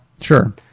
Sure